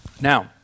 Now